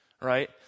right